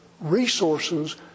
resources